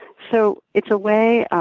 so it's a way of